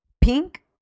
Pink